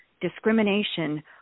discrimination